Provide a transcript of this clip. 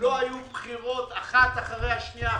לא היו בחירות אחת אחרי השנייה.